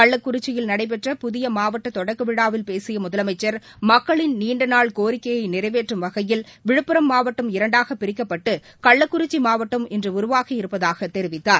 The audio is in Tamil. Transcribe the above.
கள்ளக்குறிச்சியில் நடபெற்ற புதியமாவட்டதொடக்கவிழாவில் பேசியமுதலமைச்சர் மக்களின் கோரிக்கையிறைவேற்றும் வகையில் நீண்டநாள் விழுப்புரம் மாவட்டம் இரண்டாகபிரிக்கப்பட்டுகள்ளக்குறிச்சிமாவட்டம் இன்றுஉருவாகி இருப்பதாகதெரிவித்தார்